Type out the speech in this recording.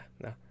no